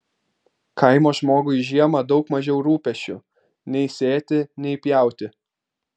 kaimo žmogui žiemą daug mažiau rūpesčių nei sėti nei pjauti